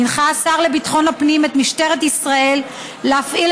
הנחה השר לביטחון הפנים את משטרת ישראל להפעיל